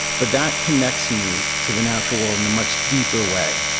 but that connects me to the natural world in a much deeper way.